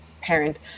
Parent